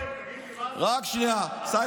על מי אתה צועק,